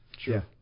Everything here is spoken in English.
Sure